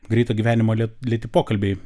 greito gyvenimo lėti pokalbiai